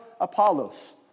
Apollos